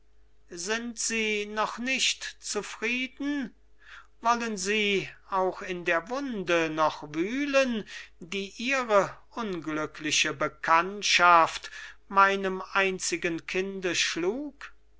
sind sie noch nicht zufrieden wollen sie auch in der wunde noch wühlen die ihre unglückliche bekanntschaft mit meinem einzigen kinde schlug